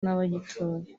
n’abagituye